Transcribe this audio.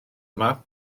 yma